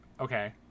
Okay